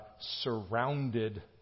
surrounded